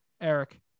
Eric